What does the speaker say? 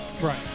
Right